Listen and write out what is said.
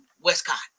Westcott